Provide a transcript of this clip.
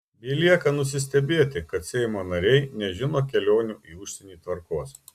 belieka nusistebėti kad seimo nariai nežino kelionių į užsienį tvarkos